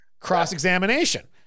cross-examination